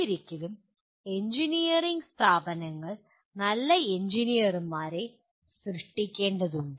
എന്നിരിക്കിലും engineering സ്ഥാപനങ്ങൾ നല്ല എഞ്ചിനീയർമാരെ സൃഷ്ടിക്കേണ്ടതുണ്ട്